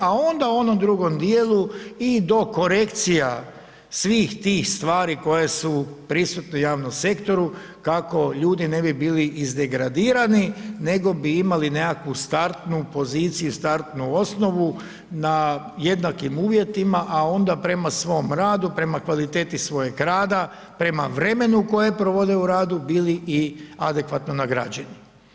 A onda u onom drugom dijelu i do korekcija svih tih stvari koje su prisutne u javnom sektoru kako ljudi ne bi bili izdegradirani nego bi imali nekakvu startnu poziciju i startnu osnovu na jednakim uvjetima a onda prema svom radu, prema kvaliteti svojeg rada, prema vremenu koje provode u radu bili i adekvatno nagrađeni.